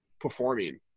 performing